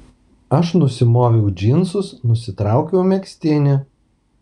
aš nusimoviau džinsus nusitraukiau megztinį